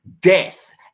death